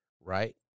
Right